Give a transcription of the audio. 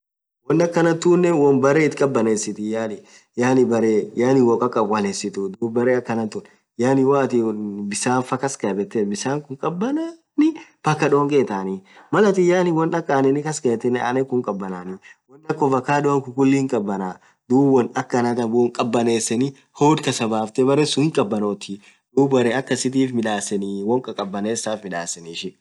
Won akhan tunen won beree itha khabanesithi yaan bere yaan wokhabanesithu dhub berre akhan tun yaani woathin bisanfaa kasdhabethu bisan khun khabanani mpkaa dhonge ithani Mal athin yaani won akha aneni kaskhethinen anane khun hinkhabanani won akha ovacado kun khuliin hinkhabana dhub won akhanathan womm khabaneseni hodh kasbafthe berresun hinkhabanothi dhub beree akasithif midhaseni ishin